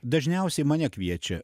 dažniausiai mane kviečia